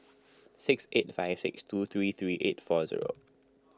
six eight five six two three three eight four zero